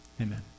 Amen